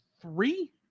Three